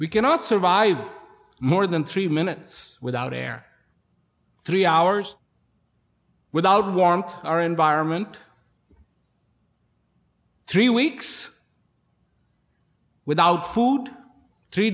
we cannot survive more than three minutes without air three hours without warmth our environment three weeks without food